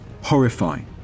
horrifying